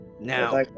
Now